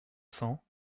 cents